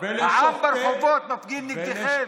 העם ברחובות מפגין נגדכם.